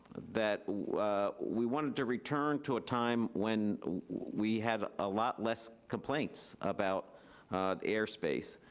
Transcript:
that we wanted to return to a time when we had a lot less complaints about air space,